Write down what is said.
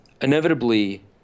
inevitably